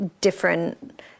different